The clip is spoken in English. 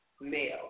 male